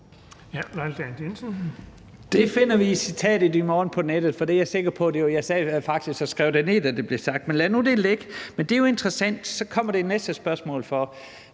Vi finder citatet i morgen på nettet, for jeg sad faktisk og skrev det ned, da det blev sagt. Lad nu det ligge. Men det er jo interessant. Så kommer det næste spørgsmål.